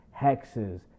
hexes